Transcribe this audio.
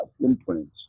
imprints